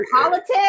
politics